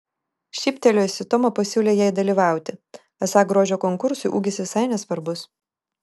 šyptelėjusi toma pasiūlė jai dalyvauti esą grožio konkursui ūgis visai nesvarbus